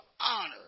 honor